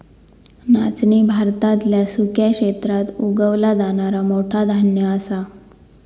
नाचणी भारतातल्या सुक्या क्षेत्रात उगवला जाणारा मोठा धान्य असा